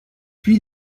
puy